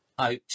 out